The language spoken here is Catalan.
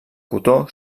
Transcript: cotó